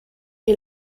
est